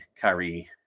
Kyrie